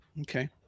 Okay